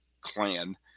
clan